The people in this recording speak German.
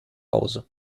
hause